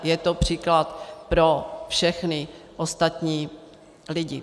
Je to příklad pro všechny ostatní lidi.